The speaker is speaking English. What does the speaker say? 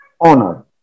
owner